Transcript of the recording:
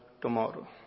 tomorrow